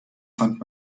fand